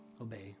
obey